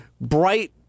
bright